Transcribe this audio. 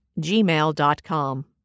gmail.com